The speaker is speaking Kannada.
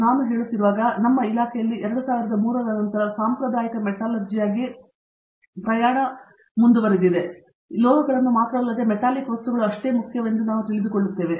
ಮತ್ತು ನಾವು ಹೇಳುತ್ತಿರುವಾಗ ನಾವು ನಮ್ಮ ಇಲಾಖೆಯಲ್ಲಿ 2003 ರ ನಂತರ ಸಾಂಪ್ರದಾಯಿಕ ಮೆಟಲರ್ಜಿಯಾಗಿ ಪ್ರಯಾಣ ಬೆಳೆಸುತ್ತೇವೆ ಮತ್ತು ಲೋಹಗಳನ್ನು ಮಾತ್ರವಲ್ಲದೇ ಮೆಟಾಲಿಕ್ ವಸ್ತುಗಳು ಅಷ್ಟೇ ಮುಖ್ಯವೆಂದು ನಾವು ತಿಳಿದುಕೊಳ್ಳುತ್ತೇವೆ